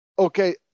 Okay